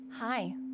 Hi